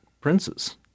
princes